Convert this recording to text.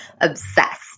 obsessed